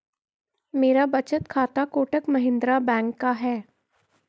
मेरा बचत खाता कोटक महिंद्रा बैंक का है